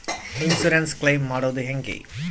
Insurance claim ಮಾಡದು ಹೆಂಗೆ?